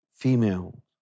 female